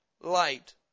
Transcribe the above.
light